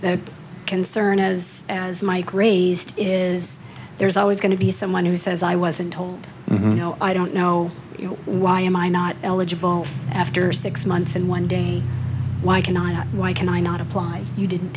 through concern as as mike raised is there's always going to be someone who says i wasn't told you know i don't know why am i not eligible after six months and one day why can i not why can i not apply you didn't